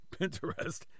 Pinterest